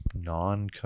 non